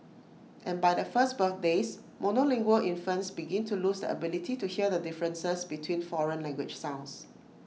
and by their first birthdays monolingual infants begin to lose their ability to hear the differences between foreign language sounds